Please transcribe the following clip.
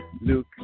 Luke